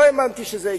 לא האמנתי שזה יקרה.